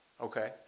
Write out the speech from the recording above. Okay